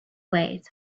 ways